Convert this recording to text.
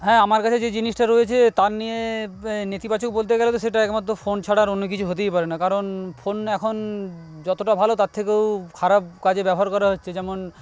হ্যাঁ আমার কাছে যে জিনিসটা রয়েছে তা নিয়ে নেতিবাচক বলতে গেলে তো সেটা একমাত্র ফোন ছাড়া অন্য কিছু হতেই পারে না কারণ ফোন এখন যতটা ভালো তার থেকেও খারাপ কাজে ব্যবহার করা হচ্ছে যেমন